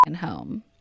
home